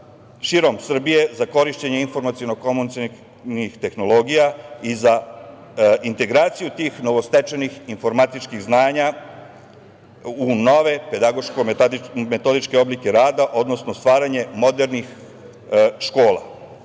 širom Srbije za korišćenje informaciono-komunikacionih tehnologija i za integraciju tih novostečenih informatičkih znanja u nove pedagoško-metodičke oblike rada, odnosno stvaranje modernih škola. Iz